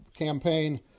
campaign